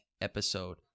episode